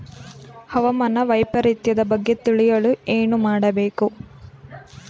ಹವಾಮಾನ ವೈಪರಿತ್ಯದ ಬಗ್ಗೆ ತಿಳಿಯಲು ಏನು ಮಾಡಬೇಕು?